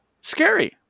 Scary